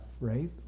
Right